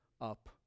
up